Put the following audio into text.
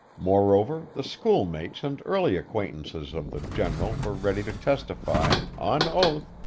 moreover the schoolmates and early acquaintances of the general were ready to testify, on oath,